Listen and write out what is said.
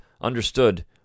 understood